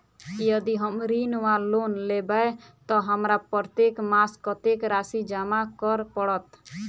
यदि हम ऋण वा लोन लेबै तऽ हमरा प्रत्येक मास कत्तेक राशि जमा करऽ पड़त?